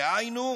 דהיינו,